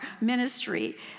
ministry